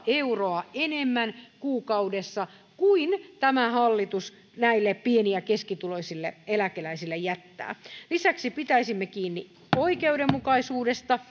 euroa enemmän kuukaudessa kuin tämä hallitus näille pieni ja keskituloisille eläkeläisille jättää lisäksi pitäisimme kiinni oikeudenmukaisuudesta